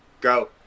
Go